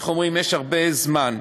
איך אומרים, יש הרבה זמן.